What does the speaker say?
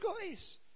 guys